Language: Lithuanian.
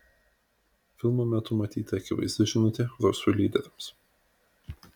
filmo metu matyti akivaizdi žinutė rusų lyderiams